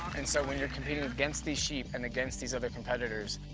and so when you're competing against these sheep and against these other competitors,